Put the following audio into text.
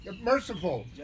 merciful